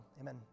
Amen